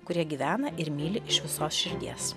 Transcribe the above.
kurie gyvena ir myli iš visos širdies